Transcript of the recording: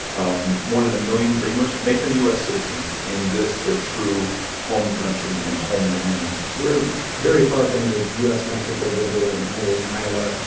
um more than a million dreamers make them u s. citizens in this their true home country and homeland we're very far from the u s mexico border right now. we're in iowa.